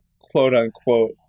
quote-unquote